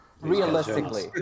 Realistically